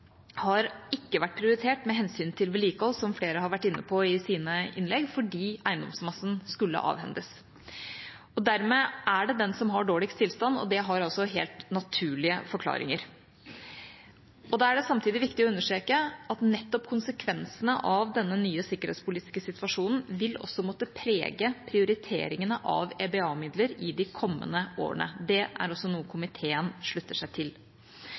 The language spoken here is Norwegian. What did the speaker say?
har ikke vært prioritert med hensyn til vedlikehold, som flere har vært inne på i sine innlegg, fordi eiendomsmassen skulle avhendes. Dermed er det den som har dårligst tilstand, og det har altså helt naturlige forklaringer. Da er det samtidig viktig å understreke at nettopp konsekvensene av denne nye sikkerhetspolitiske situasjonen vil måtte prege prioriteringene av EBA-midler i de kommende årene. Det er også noe komiteen slutter seg til.